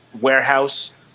warehouse